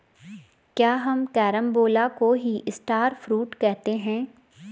क्या हम कैरम्बोला को ही स्टार फ्रूट कहते हैं?